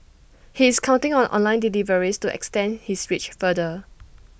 he is counting on online deliveries to extend his reach farther